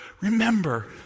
remember